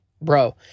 bro